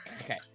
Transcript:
Okay